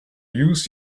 use